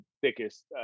thickest